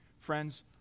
Friends